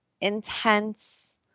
intense